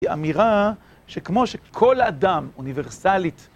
היא אמירה, שכמו שכל אדם, אוניברסלית